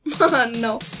No